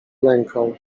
lękał